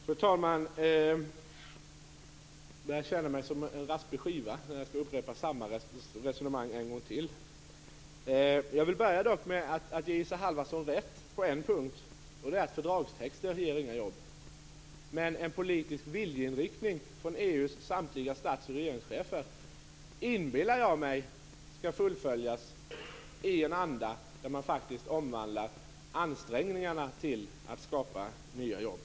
Fru talman! Jag börjar känna mig som en raspig skiva när jag upprepar samma resonemang en gång till. Jag vill dock börja med att ge Isa Halvarsson rätt på en punkt, nämligen att fördragstexter inte ger några jobb. Men en politisk viljeinriktning från EU:s samtliga stats och regeringschefer inbillar jag mig skall fullföljas i en anda där man faktiskt omvandlar viljeansträngningarna till skapande av nya jobb.